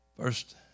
first